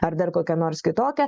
ar dar kokia nors kitokia